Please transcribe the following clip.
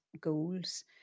goals